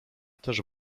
też